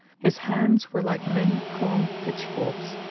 his hands were like many pronged pitch forks,